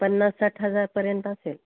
पन्नास साठ हजारपर्यंत असेल